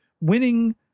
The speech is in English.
winning